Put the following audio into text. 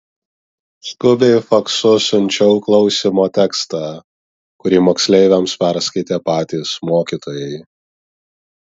skubiai faksu siunčiau klausymo tekstą kurį moksleiviams perskaitė patys mokytojai